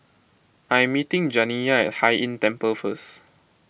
I am meeting Janiyah at Hai Inn Temple first